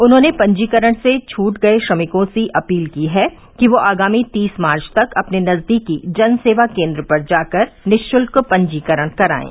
उन्होंने पजीकरण से छूट गये श्रमिकों से अपील की है कि वे आगामी तीस मार्च तक अपने नजदीकी जन सेवा केन्द्र पर जाकर निःशुल्क पंजीकरण करायें